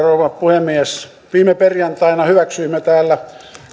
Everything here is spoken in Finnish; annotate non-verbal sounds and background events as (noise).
(unintelligible) rouva puhemies viime perjantaina hyväksyimme täällä